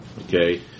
Okay